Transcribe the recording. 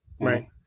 Right